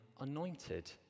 anointed